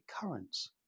currents